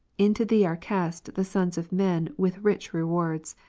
into thee are cast the sons of men with rich rewards,